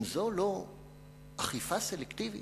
אם זו לא אכיפה סלקטיבית,